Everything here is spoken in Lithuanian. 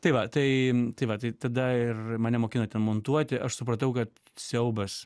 tai va tai tai va tai tada ir mane mokino ten montuoti aš supratau kad siaubas